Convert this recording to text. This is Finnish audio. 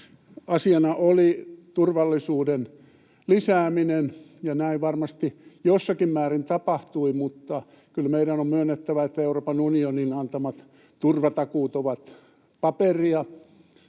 asiana oli turvallisuuden lisääminen. Näin varmasti jossakin määrin tapahtui, mutta kyllä meidän on myönnettävä, että Euroopan unionin antamat turvatakuut ovat paperia.